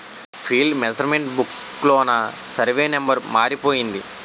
field measurement book లోన survey number మారిపోయింది